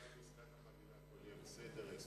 יהיה בסדר.